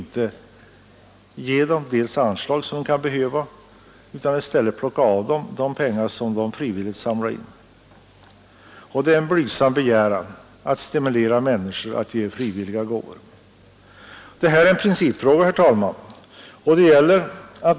Man ger inte de anslag som kan behövas, utan i stället plockar man av organisationerna pengar som de samlat in på frivillighetens väg. Det är därför en blygsam begäran att man stimulerar människor att frivilligt ge gåvor. Det här är en principfråga, herr talman.